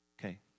Okay